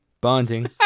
Bonding